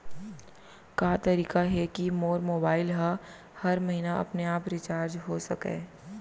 का तरीका हे कि मोर मोबाइल ह हर महीना अपने आप रिचार्ज हो सकय?